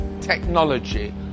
technology